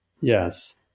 Yes